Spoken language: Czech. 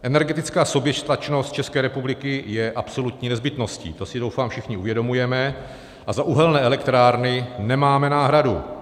Energetická soběstačnost České republiky je absolutní nezbytností, to si, doufám, všichni uvědomujeme, a za uhelné elektrárny nemáme náhradu.